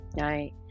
right